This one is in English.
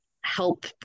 help